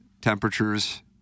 temperatures